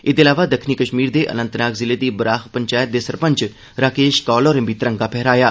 एह्दे अलावा दक्खनी कश्मीर दे अनंतनाग जिले दी बराह पंचैत दे सरपंच राकेश कौल होरें बी तिरंगा फैह्राया